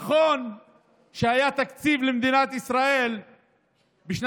נכון שהיה תקציב למדינת ישראל בשנים